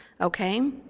okay